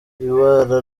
ibara